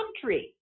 country